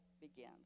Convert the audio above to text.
begins